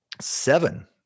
Seven